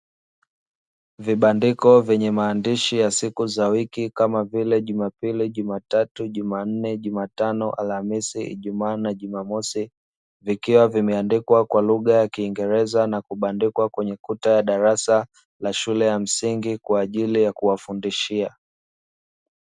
Vibandiko vyenye maandishi ya siku za wiki kama vile Jumapili, Jumatatu, Jumanne, Jumatano, Alhamisi, Ijumaa na Jumamosi vikiwa vimeandikwa kwa lugha ya Kiingereza na kubandikwa kwenye kuta ya darasa la shule ya msingi kwa ajili ya kuwafundishia.